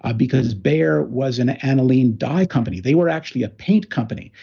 ah because bayer was an aniline dye company. they were actually a paint company.